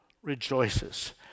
rejoices